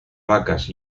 vacas